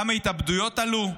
כמה ההתאבדויות עלו,